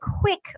quick